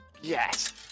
Yes